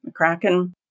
McCracken